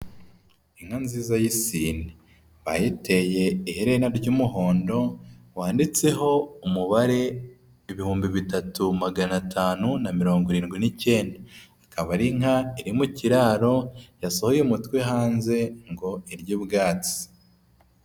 Inka nziza y'isine. Bayiteye iherena ry'umuhondo, wanditseho umubare, ibihumbi bitatu magana atanu na mirongo irindwi n'icyenda. Ikaba ari inka iri mukiraro, yasohoye umutwe hanze ngo irye ubwatsi.